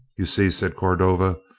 you see? said cordova,